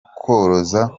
koroza